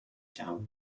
down